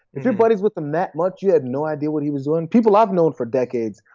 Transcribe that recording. if you're buddies with him that much you had no idea what he was doing. people i've known for decades,